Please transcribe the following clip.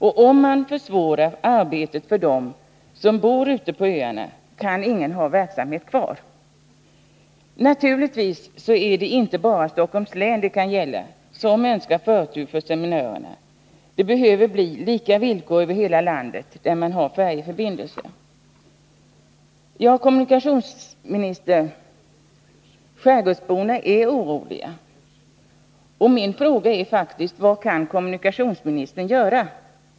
Om man försvårar arbetet för dem som bor ute på öarna kan ingen ha verksamheten kvar. Naturligtvis är det inte bara i Stockholms län det kan gälla att man önskar förtur för seminörerna. Det behöver bli lika villkor över hela landet där man har färjeförbindelser. I skärgården i Stockholms län finns ett stort antal djur som behöver semineras. Vi har en unik skärgård i Stockholms län, och vi vill behålla en levande skärgård. Skärgårdsbönderna är oroliga, kommunikationsministern! Min fråga är faktiskt: Vad kan kommunikationsministern göra?